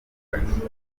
batandukanye